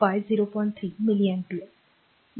3 milli ampere